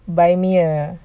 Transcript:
buy me a